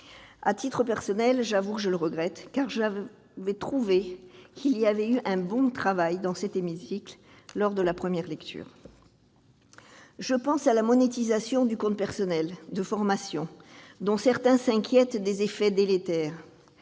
À titre personnel, je dois dire que je le regrette, car j'avais trouvé que nous avions bien travaillé dans cet hémicycle en première lecture. Je pense à la monétisation du compte personnel de formation, dont certains s'inquiètent des effets délétères.